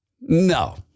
No